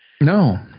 No